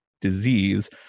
disease